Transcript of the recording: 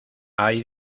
hay